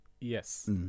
Yes